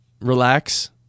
relax